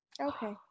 Okay